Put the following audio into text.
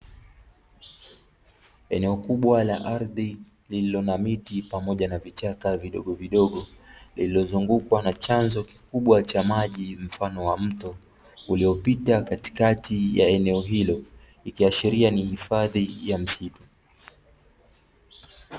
Eneo kubwa la ardhi lililo na miti pamoja na vichaka vidogovidogo, lililozungukwa na chanzo kikubwa cha maji mfano wa mto, uliopita katikati ya eneo hilo, ikiashiria ni hifadhi ya msitu.